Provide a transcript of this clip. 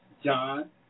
John